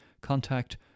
contact